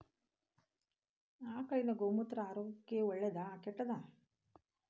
ಆಕಳಿನ ಗೋಮೂತ್ರ ಆರೋಗ್ಯಕ್ಕ ಒಳ್ಳೆದಾ ಕೆಟ್ಟದಾ?